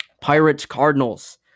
Pirates-Cardinals